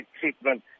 treatment